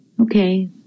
Okay